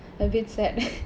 a bit sad